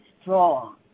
strong